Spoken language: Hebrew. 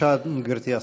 בבקשה, גברתי השרה.